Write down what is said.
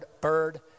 bird